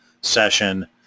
session